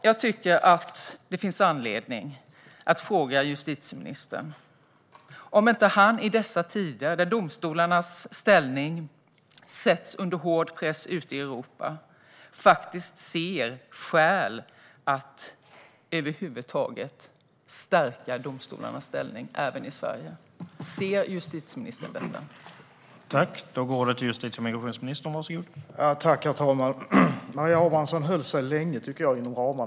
Jag tycker att det finns anledning att fråga justitieministern om han i dessa tider, då domstolarnas ställning sätts under hård press ute i Europa, över huvud taget inte ser några skäl att stärka domstolarnas ställning i Sverige. Kan justitieministern se några skäl till detta?